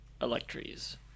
electries